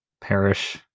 perish